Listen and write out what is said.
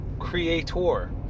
creator